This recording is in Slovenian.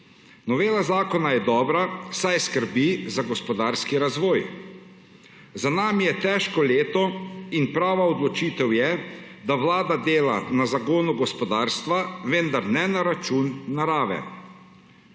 Novela zakona je dobra, saj skrbi za gospodarski razvoj. Za nami je težko leto in prava odločitev je, da Vlada dela na zagonu gospodarstva, vendar ne na račun narave.